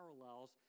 parallels